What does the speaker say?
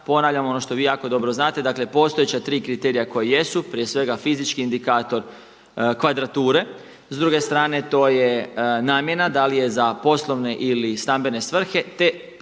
Ponavljam ono što vi jako dobro znate, dakle postojeća tri kriterija koja jesu prije svega fizički indikator kvadrature. S druge strane to je namjena da li je za poslovne ili stambene svrhe, te ukoliko